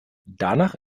danach